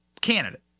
candidate